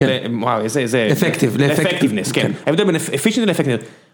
וואו, איזה... איזה... effectiveness. effectiveness, כן. ההבדל בין efficiency ו-effectiveness.